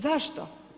Zašto?